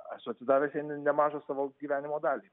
aš atidavęs jai nemažą savo gyvenimo dalį